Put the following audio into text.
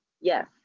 yes